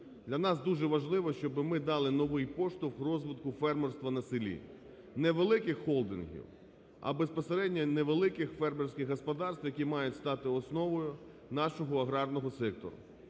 Для нас дуже важливо, щоби ми дали новий поштовх в розвитку фермерства на селі, не великих холдингів, а безпосередньо невеликих фермерських господарств, які мають стати основою нашого аграрного сектору.